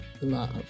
love